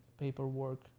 paperwork